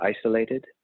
isolated